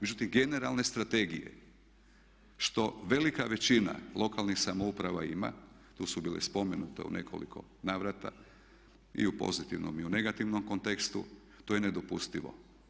Međutim, generalne strategije što velika većina lokalnih samouprava ima tu su bile spomenute u nekoliko navrata i u pozitivnom i u negativnom kontekstu to je nedopustivo.